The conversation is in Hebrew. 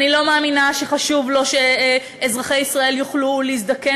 אני לא מאמינה שחשוב לו שאזרחי ישראל יוכלו להזדקן